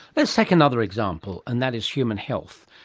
let's take another example and that is human health.